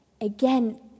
Again